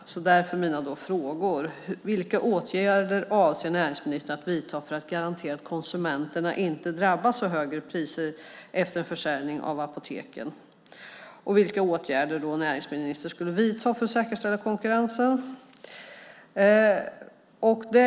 Det är därför jag har ställt följande frågor: Vilka åtgärder avser näringsministern att vidta för att garantera att konsumenterna inte drabbas av högre priser efter en försäljning av apoteken? Vilka åtgärder avser näringsministern att vidta för att säkerställa konkurrensen?